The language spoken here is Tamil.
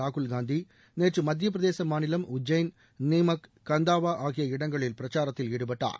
ராகுல் காந்தி நேற்று மத்தியப்பிரதேச மாநிலம் உஜ்ஜயின் நீமக் கந்தாவா ஆகிய இடங்களில் பிரச்சாரத்தில் ஈடுபட்டார்